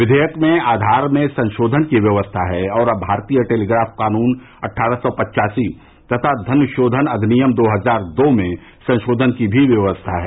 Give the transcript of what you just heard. विधेयक में आधार में संशोधन की व्यवस्था है और भारतीय टेलीग्राफ कानून अट्वारह सौ पच्चासी तथा धनशोधन अधिनियम दो हजार दो में संशोधन की भी व्यवस्था है